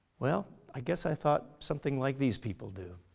well i guess i thought something like these people do.